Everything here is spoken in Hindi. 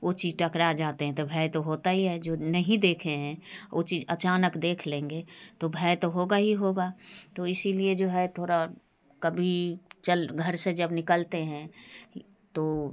वो ची टकरा जाते हैं तो भय तो होता ही है जो नहीं देखें हैं वो चीज़ अचानक देख लेंगे तो भय तो होगा ही होगा तो इसीलिए जो है थोड़ा कभी चल घर से जब निकलते हैं तो